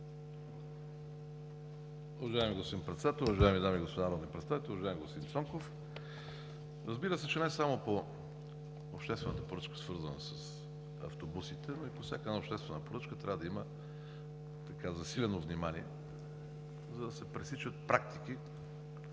Уважаеми господин Председател, уважаеми дами и господа народни представители! Уважаеми господин Цонков, разбира се, че не само по обществената поръчка, свързана с автобусите, но и по всяка една обществена поръчка трябва да има засилено внимание, за да се пресичат практики,